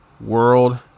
world